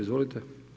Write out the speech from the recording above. Izvolite.